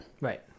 Right